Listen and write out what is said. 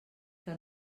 que